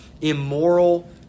immoral